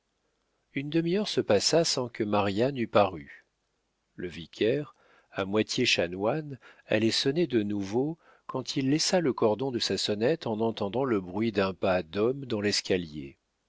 une demi-heure se passa sans que marianne eût paru le vicaire à moitié chanoine allait sonner de nouveau quand il laissa le cordon de sa sonnette en entendant le bruit d'un pas d'homme dans l'escalier